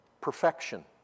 perfection